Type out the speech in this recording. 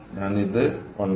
ഞാൻ ഇത് 1